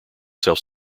self